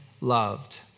loved